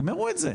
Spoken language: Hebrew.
תגמרו את זה.